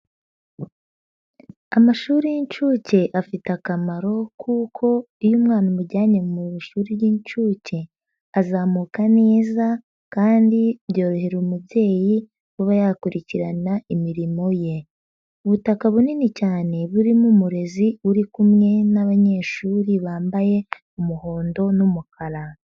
Amashuri y'inshuke afite akamaro kuko iyo umwana umujyanye mu ishuri ry'inshuke azamuka neza kandi byorohera umubyeyi uba yakurikirana imirimo ye, ubutaka bunini cyane burimo umurezi uri kumwe n'abanyeshuri bambaye umuhondo n'umukara.